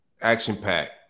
Action-packed